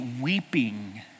weeping